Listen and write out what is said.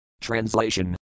Translation